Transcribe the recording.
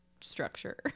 structure